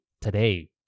today